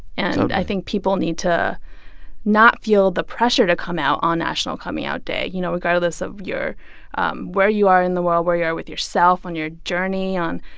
and. totally. i think people need to not feel the pressure to come out on national coming out day, you know, regardless of your um where you are in the world, where you are with yourself on your journey, on,